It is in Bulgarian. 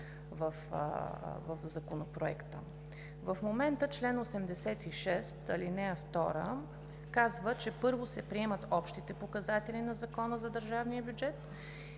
в Законопроекта. В момента чл. 86, ал. 2 казва, че първо се приемат общите показатели на Закона за държавния бюджет